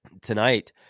tonight